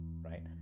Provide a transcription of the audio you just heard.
Right